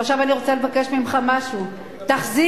עכשיו,